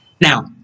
Now